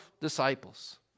disciples